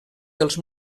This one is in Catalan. dels